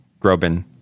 Groban